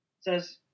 says